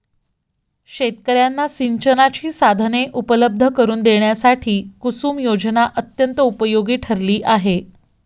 शेतकर्यांना सिंचनाची साधने उपलब्ध करून देण्यासाठी कुसुम योजना अत्यंत उपयोगी ठरली आहे